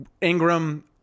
Ingram